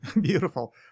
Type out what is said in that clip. beautiful